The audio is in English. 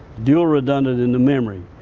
dual redundant in the memory.